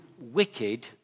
wicked